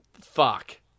fuck